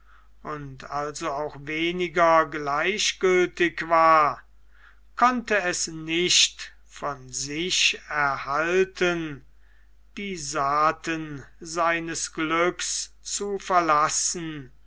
und also auch weniger gleichgültig war konnte es nicht von sich erhalten die saaten seines glücks zu verlassen